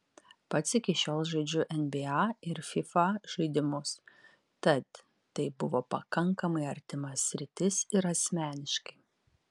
pats iki šiol žaidžiu nba ir fifa žaidimus tad tai buvo pakankamai artima sritis ir asmeniškai